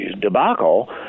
debacle